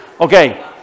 Okay